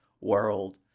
world